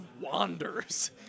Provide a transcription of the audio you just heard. wanders